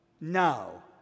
No